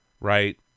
right